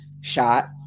shot